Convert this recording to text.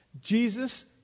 Jesus